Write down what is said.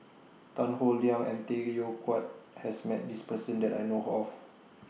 Tan Howe Liang and Tay Koh Yat has Met This Person that I know of